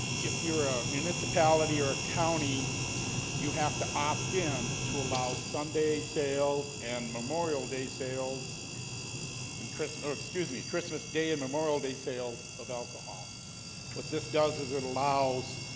if you're a municipality or a county you have to opt in to allow sunday sales and memorial day sales and christmas will excuse me christmas day and memorial day sales of alcohol what this does is it allows?